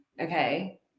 Okay